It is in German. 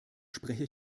spreche